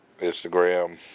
Instagram